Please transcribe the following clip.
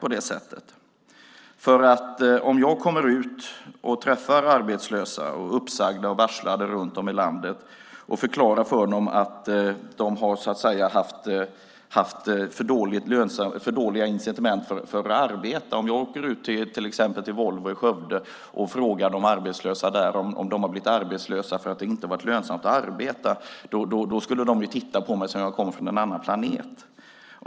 Frågan är vad man säger om jag kommer ut och träffar arbetslösa, uppsagda och varslade runt om i landet och förklarar för dem att de har haft för dåliga incitament för att arbeta. Om jag till exempel åker ut till Volvo i Skövde och frågar de arbetslösa där om de har blivit arbetslösa för att det inte är lönsamt att arbeta skulle de titta på mig som om jag kom från en annan planet.